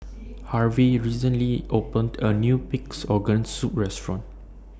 Harvey recently opened A New Pig'S Organ Soup Restaurant